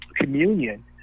communion